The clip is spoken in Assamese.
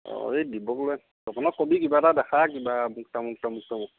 অঁ এই দিব্য়ক লৈ আন তপণক কবি কিবা এটা দেখা কিবা আমোক তামোক তামোক তামোক